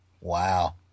Wow